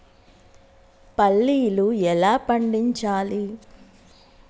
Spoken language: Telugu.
పల్లీలు ఎలా పండించాలి?